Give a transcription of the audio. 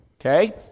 Okay